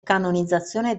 canonizzazione